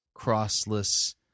crossless